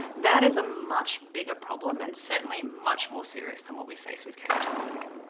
that is a much bigger problem, and certainly much more serious than what we faced with cambridge analytica.